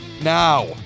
now